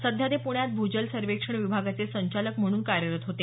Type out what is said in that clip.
सध्या ते प्ण्यात भूजल सर्वेक्षण विभागाचे संचालक म्हणून कार्यरत होते